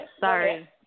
Sorry